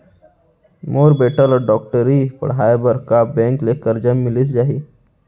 मोर बेटा ल डॉक्टरी पढ़ाये बर का बैंक ले करजा मिलिस जाही?